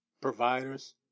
providers